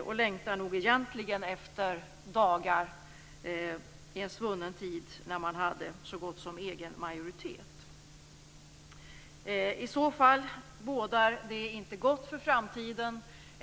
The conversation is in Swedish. De längtar nog egentligen efter dagar i en svunnen tid när man hade så gott som egen majoritet. I så fall bådar det inte gott för framtiden.